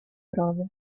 prove